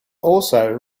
also